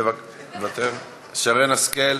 שרן השכל,